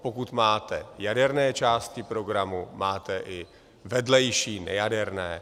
Pokud máte jaderné části programu, máte i vedlejší nejaderné.